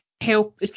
help